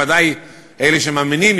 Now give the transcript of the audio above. בוודאי אלה שמאמינים,